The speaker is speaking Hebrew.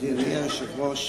אדוני היושב-ראש,